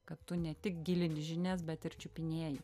kad tu ne tik gilini žinias bet ir čiupinėji